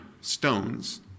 stones